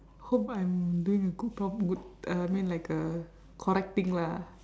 hope I'm doing a good p~ good uh I mean like a correct thing lah